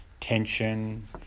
tension